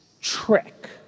trick